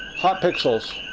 hot pixels.